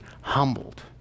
humbled